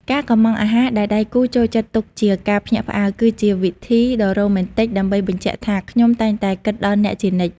ការកុម្មង់អាហារដែលដៃគូចូលចិត្តទុកជាការភ្ញាក់ផ្អើល គឺជាវិធីដ៏រ៉ូមែនទិកដើម្បីបញ្ជាក់ថា «ខ្ញុំតែងតែគិតដល់អ្នកជានិច្ច»។